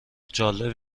جالب